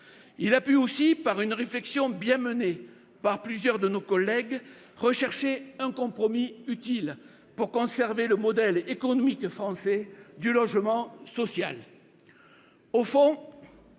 Il a pu aussi, grâce à une réflexion bien menée par plusieurs de nos collègues, rechercher un compromis utile pour conserver le modèle économique français du logement social. Au fond,